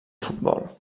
futbol